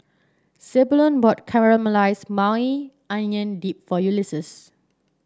Zebulon bought Caramelized Maui Onion Dip for Ulises